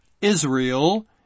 Israel